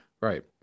Right